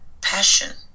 passion